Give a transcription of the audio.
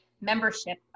membership